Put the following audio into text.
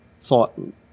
thought